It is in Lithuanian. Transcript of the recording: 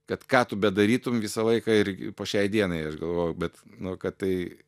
kad ką tu bedarytum visą laiką ir po šiai dienai aš galvoju bet nu kad tai